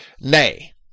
Nay